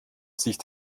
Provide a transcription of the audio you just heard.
sich